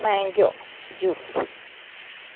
mango juice